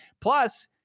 plus